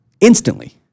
Instantly